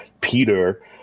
Peter